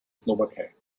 slowakei